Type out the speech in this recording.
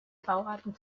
bauarten